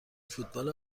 فوتبال